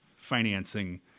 financing